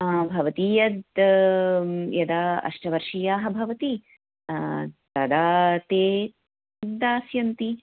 भवती यद् यदा अष्टवर्षीयाः भवति तदा ते दास्यन्ति